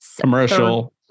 commercial